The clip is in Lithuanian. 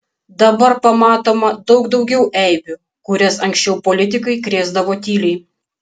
dabar pamatoma daug daugiau eibių kurias anksčiau politikai krėsdavo tyliai